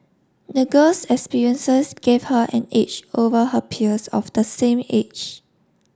the girl's experiences gave her an age over her peers of the same age